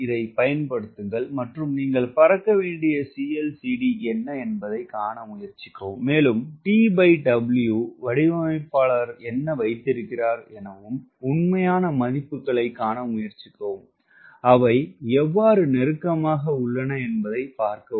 இதைப் பயன்படுத்துங்கள் மற்றும் நீங்கள் பறக்க வேண்டிய clcd என்ன என்பதைக் காண முயற்சிக்கவும் மேலும் TW வடிவமைப்பாளர் என்ன வைத்திருக்கிறார் எனவும் உண்மையான மதிப்புகளைக் காண முயற்சிக்கவும் அவை எவ்வாறு நெருக்கமாக உள்ளன என்பதைப் பார்க்கவும்